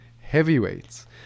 heavyweights